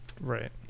Right